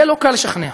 יהיה לא קל לשכנע,